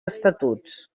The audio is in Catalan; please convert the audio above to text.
estatuts